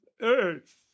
earth